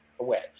away